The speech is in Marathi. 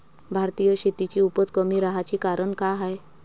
भारतीय शेतीची उपज कमी राहाची कारन का हाय?